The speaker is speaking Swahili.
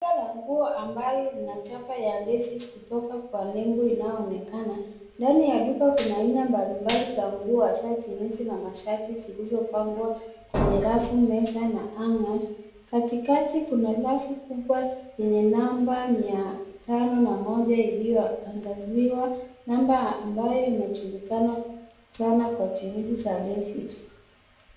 Duka la nguo ambalo lina chapa ya Levi's kutoka kwa nembo inayoonekana, ndani ya duka kuna aina mbalimbali na za nguo hasa jeans na mashati zilizopangwa kwenye rafu, meza na hangers . Katikati kuna rafu kubwa lenye namba mia tano na moja iliyoangaziwa, namba ambayo inajulikana sana kwa jeans za Levi's.